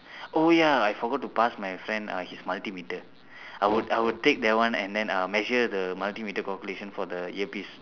oh ya I forgot to pass my friend uh his multimeter I would I would take that one and then I'll measure the multimeter calculation for the earpiece